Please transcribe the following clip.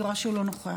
אני רואה שהוא לא נוכח.